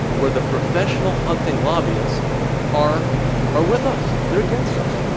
where the professional hunting lobbyists are are with us. they're against us